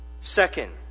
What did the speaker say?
Second